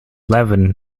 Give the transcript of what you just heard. leven